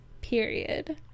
period